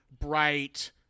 bright